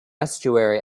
estuary